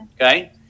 okay